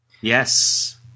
yes